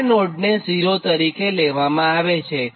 આ નોડને 0 તરીકે લેવામાં આવેલ છે